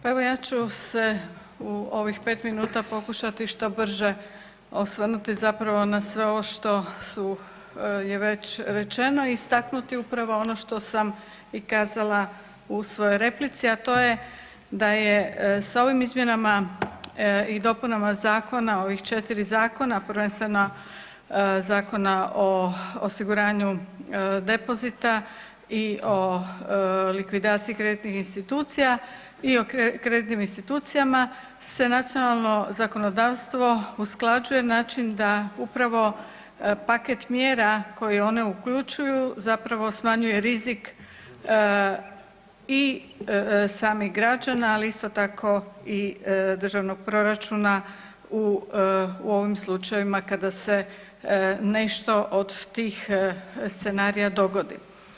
Pa evo ja ću se u ovih pet minuta pokušati što brže osvrnuti na sve ovo što je već rečeno i istaknuti upravo ono što sam i kazala u svojoj replici, a to je da je s ovim izmjenama i dopunama zakona ovih četiri zakona, prvenstveno Zakona o osiguranju depozita i o likvidaciji kreditnih institucija i o kreditnim institucijama se nacionalno zakonodavstvo usklađuje na način da upravo paket mjera koje one uključuju smanjuje rizik i samih građana, ali isto tako i državnog proračuna u ovom slučajevima kada se nešto od tih scenarija dogodi.